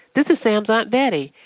this is sam's aunt betty.